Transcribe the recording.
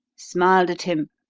smiled at him,